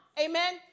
Amen